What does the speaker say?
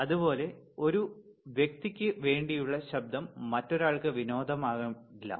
അതുപോലെ ഒരു വ്യക്തിക്ക് വേണ്ടിയുള്ള ശബ്ദം മറ്റൊരാൾക്ക് വിനോദമാകില്ല